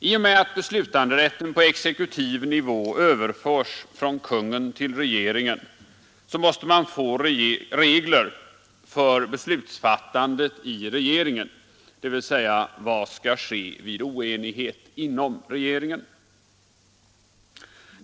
I och med att beslutanderätten på exekutiv ni överförs från kungen till regeringen måste man få regler för beslutsfattandet i regeringen, dvs. för vad som skall ske vid oenighet inom regeringen.